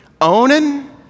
Onan